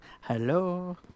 Hello